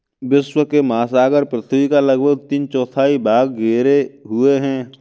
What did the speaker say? विश्व के महासागर पृथ्वी का लगभग तीन चौथाई भाग घेरे हुए हैं